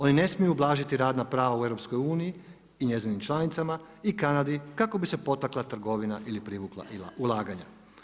Oni ne smiju ublažiti radna prava u EU-u, i njezinim članicama i Kanadi kako bi se potakla trgovina ili privukla ulaganja.